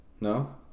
No